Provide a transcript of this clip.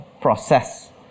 process